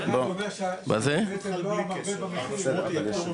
לא, לא.